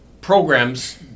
programs